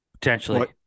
Potentially